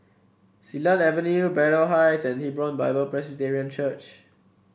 Silat Avenue Braddell Heights and Hebron Bible Presbyterian Church